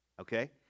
okay